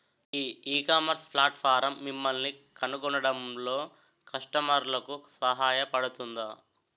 ఈ ecommerce platform మిమ్మల్ని కనుగొనడంలో కస్టమర్లకు సహాయపడుతుందా?